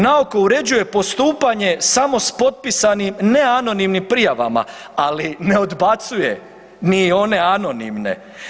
Naoko uređuje postupanje samo s potpisanim neanonimnim prijavama, ali ne odbacuje ni one anonimne.